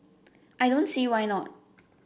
I don't see why not